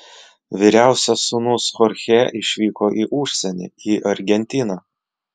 vyriausias sūnus chorchė išvyko į užsienį į argentiną